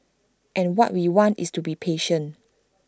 and what we want is to be patient